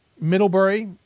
Middlebury